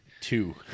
Two